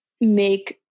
make